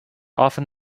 often